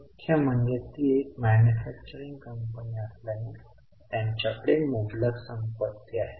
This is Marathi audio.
मुख्य म्हणजे ती एक मॅन्युफॅक्चरिंग कंपनी असल्याने त्यांच्याकडे मुबलक संपत्ती आहे